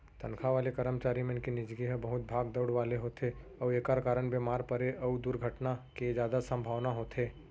तनखा वाले करमचारी मन के निजगी ह बहुत भाग दउड़ वाला होथे अउ एकर कारन बेमार परे अउ दुरघटना के जादा संभावना होथे